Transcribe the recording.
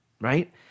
right